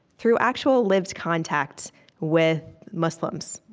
through actual lived contact with muslims.